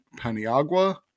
Paniagua